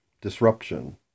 disruption